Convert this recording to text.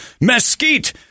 mesquite